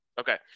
Okay